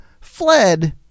fled